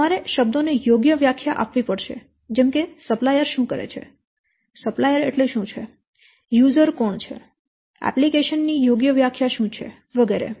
તેથી તમારે શબ્દો ને યોગ્ય વ્યાખ્યા આપવી પડશે જેમ કે સપ્લાયર શું કરે છે સપ્લાયર દ્વારા શું કહેવામાં આવે છે યુઝર કોણ છે એપ્લિકેશન ની યોગ્ય વ્યાખ્યા શું છે વગેરે